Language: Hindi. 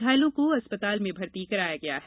घायलों को अस्पताल में भर्ती कराया गया है